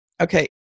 okay